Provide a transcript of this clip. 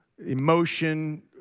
Emotion